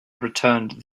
returned